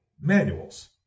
manuals